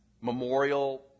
memorial